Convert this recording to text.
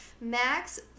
Max